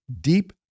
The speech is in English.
deep